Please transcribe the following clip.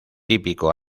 típico